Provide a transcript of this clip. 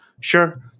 Sure